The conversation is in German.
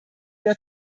der